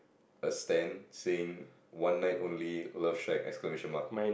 a stand saying one night only love shack exclamation mark